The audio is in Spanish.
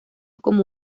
como